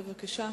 בבקשה.